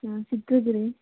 ಹಾಂ ಚಿಕ್ಕದು ರೀ